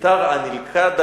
ביתר הנלכדה.